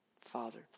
Father